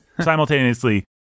simultaneously